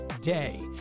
day